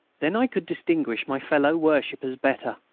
then i could distinguish my fellow-worshippers better.